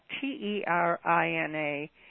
T-E-R-I-N-A